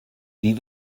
wie